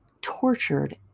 tortured